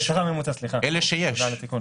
לשכר הממוצע, סליחה, תודה על התיקון.